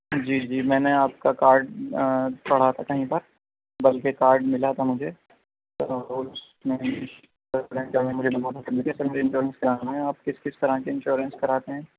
جی جی میں نے آپ کا کاڈ پڑھا تھا کہیں پر بلکہ کاڈ ملا تھا مجھے مجھے انسورنس کرانا ہے آپ کس کس طرح کے انسورنس کراتے ہیں